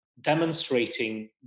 demonstrating